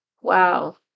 wow